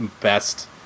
best